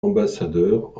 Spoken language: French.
ambassadeurs